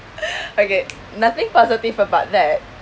okay nothing positive about that